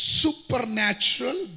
supernatural